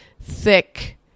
thick